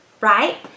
right